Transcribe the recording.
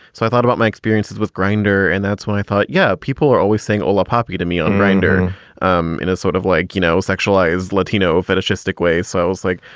so i thought about my experiences with greineder and that's when i thought, yeah. people are always saying all apopka to me on rinder um is sort of like, you know, sexualized, latino, fetishistic way. so i was like,